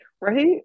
Right